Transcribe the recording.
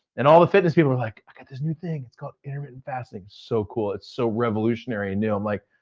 and all the fitness people are like, i got this new thing, it's called intermittent fasting. it's so cool, it's so revolutionary and new, i'm like,